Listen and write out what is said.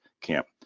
camp